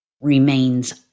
remains